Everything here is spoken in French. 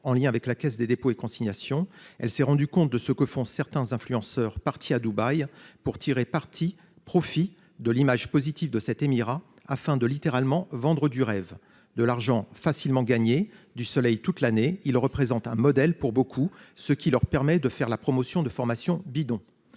en lien avec la Caisse des dépôts et consignations. Elle s'est rendue compte de ce que font certains influenceurs partie à Dubaï pour tirer parti profit de l'image positive de cet émirat afin de littéralement vendre du rêve de l'argent facilement gagné du soleil toute l'année. Il représente un modèle pour beaucoup, ce qui leur permet de faire la promotion de formation bidon.